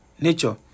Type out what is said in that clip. nature